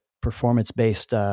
performance-based